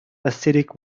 acidic